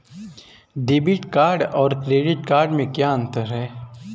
Debit card और credit card में क्या अंतर है?